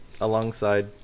alongside